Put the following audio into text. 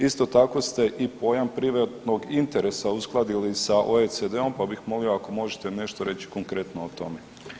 Isto tako ste i pojam privatnog interesa uskladili sa OECD-om pa bih molio ako možete nešto reći konkretno o tome.